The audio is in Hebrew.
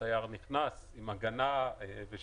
התייר נכנס עם הגנה ושליטה.